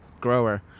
grower